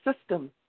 system